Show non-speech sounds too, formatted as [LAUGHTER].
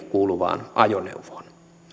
[UNINTELLIGIBLE] kuuluvaan ajoneuvoon